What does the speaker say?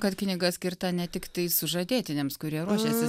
kad knyga skirta ne tiktai sužadėtiniams kurie ruošiasi